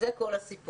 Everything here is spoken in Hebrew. זה כל הסיפור.